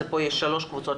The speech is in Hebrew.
פה יש שלוש קבוצות,